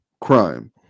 crime